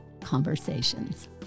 conversations